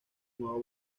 nueve